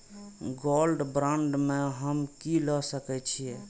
Gold bond में हम की ल सकै छियै?